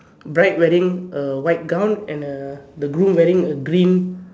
bride wearing a white gown and a groom wearing a green